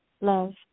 love